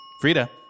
Frida